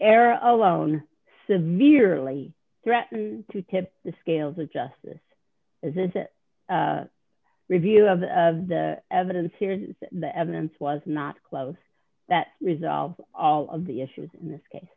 alone one severely threaten to tip the scales of justice as is that review of the of the evidence here is the evidence was not closed that resolve all of the issues in this case